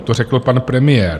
To řekl pan premiér.